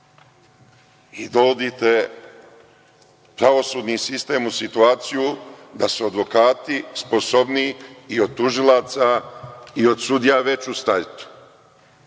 Dovodite pravosudni sistem u situaciju da su advokati sposobniji i od tužilaca i od sudija već u startu. Neću